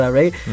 right